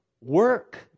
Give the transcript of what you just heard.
work